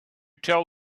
tell